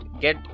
get